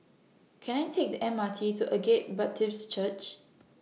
Can I Take The M R T to Agape Baptist Church